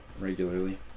regularly